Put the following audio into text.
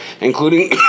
including